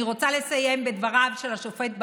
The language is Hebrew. אני רוצה לסיים בדבריו של השופט ברק: